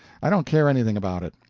i don't care anything about it.